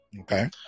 Okay